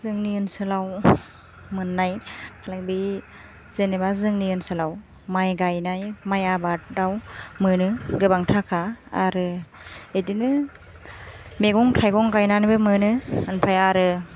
जोंनि ओनसोलाव मोननाय फालांगि जेनोबा जोंनि ओनसोलाव माइ गायनाय माइ आबादआव मोनो गोबां थाखा आरो एदिनो मैगं थायगं गायनानैबो मोनो आमफाय आरो